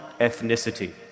ethnicity